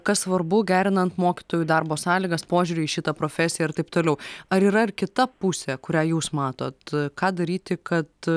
kas svarbu gerinant mokytojų darbo sąlygas požiūrį į šitą profesiją ir taip toliau ar yra ir kita pusė kurią jūs matot ką daryti kad